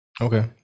Okay